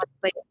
place